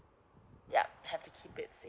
yup have to keep it safe